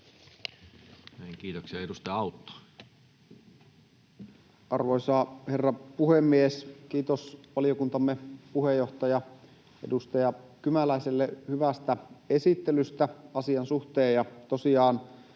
Time: 15:03 Content: Arvoisa herra puhemies! Kiitos valiokuntamme puheenjohtajalle, edustaja Kymäläiselle hyvästä esittelystä asian suhteen.